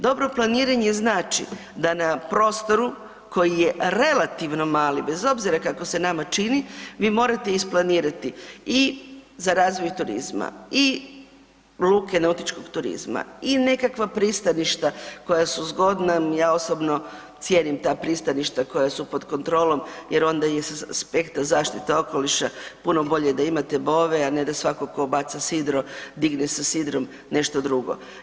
Dobro planiranje znači da na prostoru koji je relativno mali, bez obzira kako se nama čini, vi morate isplanirati i za razvoj turizma i luke nautičkog turizma i nekakva pristaništa koja su zgodna, ja osobno cijenim ta pristaništa koja su pod kontrolom jer onda je s aspekta zaštite okoliša puno bolje da imate bove, a ne da svatko tko baca siddro, digne sa sidrom nešto drugo.